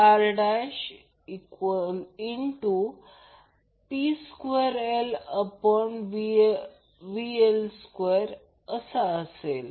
आता three phase three wire सिस्टीमसाठी IL हे magnitude Ia magnitude Ib magnitude Ic PL √ 3 VL असेल